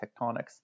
tectonics